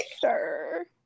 Sure